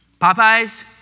Popeyes